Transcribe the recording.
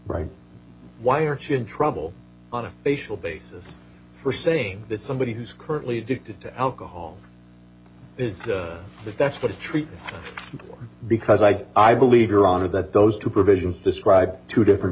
right why aren't you in trouble on a facial basis for saying that somebody who's currently addicted to alcohol is if that's what a treat for because i i believe your honor that those two provisions describe two different